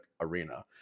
arena